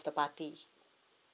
the party